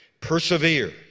persevere